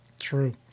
True